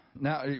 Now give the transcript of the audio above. Now